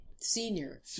Senior